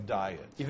diet